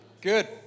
Good